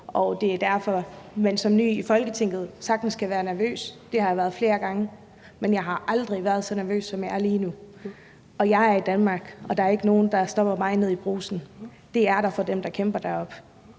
svært emnet er. Som ny i Folketinget kan man sagtens være nervøs, det har jeg været flere gange, men jeg har aldrig været så nervøs, som jeg er lige nu. Og jeg er i Danmark, der er ikke nogen, der stopper mig nede i Brugsen. Det sker for dem, der kæmper deroppe,